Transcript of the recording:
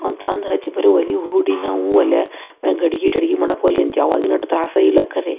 ಅವ್ನ ತಂದು ಹಚ್ಚಿ ಬರೀ ಒಲೆ ಹೂಡಿ ನಾವು ಒಲೆ ಮೆ ಗಡ್ಗೆ ಇಟ್ಟು ಅಡುಗೆ ಮಾಡಕೋಲೆ ಅಂತ ಅವಾಗಿನಟ್ಟು ತ್ರಾಸ ಇಲ್ಲ ಖರೆ